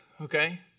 Okay